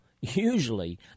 usually